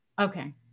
Okay